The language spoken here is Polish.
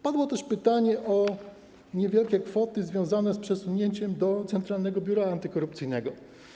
Padło też pytanie o niewielkie kwoty związane z przesunięciem do Centralnego Biura Antykorupcyjnego.